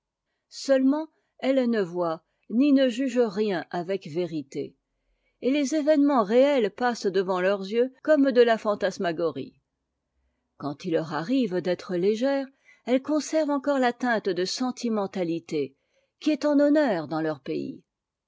seulement elles ne voient ni ne jugent rien avec vérité et tes événements réels passent devant leurs'yeux comme de la fantasmagorie quand il teur arrive d'être légères èlles conservent encore la teinte de sekmmekm ë qui est en honneur dans leur pays